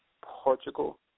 Portugal